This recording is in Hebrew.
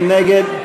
מי נגד?